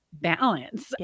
balance